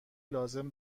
لازم